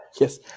Yes